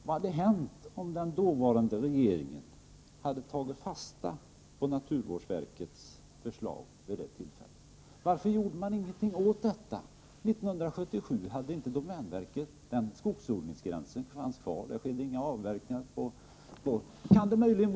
Vad hade hänt om den dåvarande regeringen hade tagit fasta på naturvårdsverkets förslag vid detta tillfälle? Varför gjorde man inte någonting då? År 1977 var domänverkets skogsodlingsgräns ännu oförändrad, och inga avverkningar skedde ovanför den.